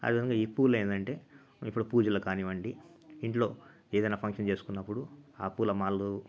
అదేవిధంగా ఈ పూలు ఏంటంటే ఇప్పుడు పూజలు కానివ్వండి ఇంట్లో ఏదయినా ఫంక్షన్ చేసుకున్నప్పుడు ఆ పూలమాలలు